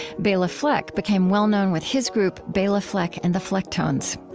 bela fleck became well known with his group bela fleck and the flecktones.